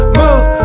move